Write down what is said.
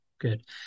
Good